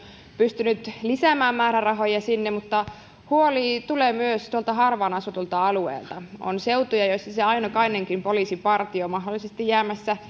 pystynyt lisäämään määrärahoja sinne mutta myös tuolta harvaan asutuilta alueilta tulee huoli on seutuja joilla se ainokainenkin poliisipartio on mahdollisesti jäämässä